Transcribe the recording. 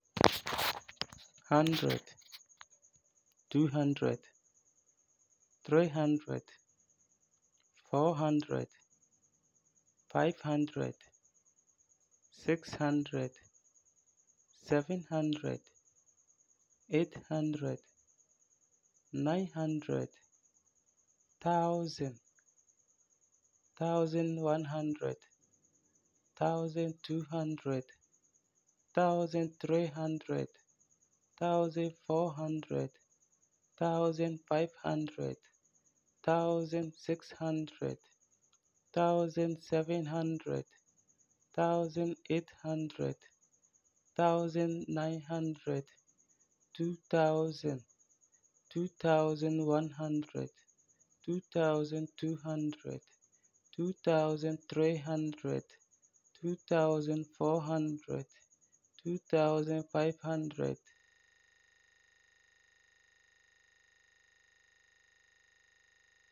Hundred, two hundred, three hundred, four hundred, five hundred, six hundred, seven hundred, eight hundred, nine hundred, thousand, thousand one hundred, thousand two hundred, thousand three hundred, thousand four hundred, thousand five hundred, thousand six hundred, thousand seven hundred, thousand eight hundred, thousand nine hundred, two thousand, two thousand one hundred, two thousand two hundred, two thousand three hundred, two thousand four hundred, two thousand five hundred.